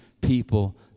people